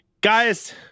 Guys